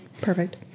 Perfect